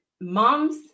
moms